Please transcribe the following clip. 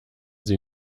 sie